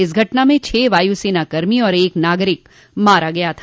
इस घटना में छह वायूसेना कर्मी और एक नागरिक मारा गया था